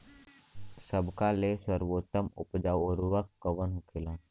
सबका ले सर्वोत्तम उपजाऊ उर्वरक कवन होखेला?